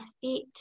feet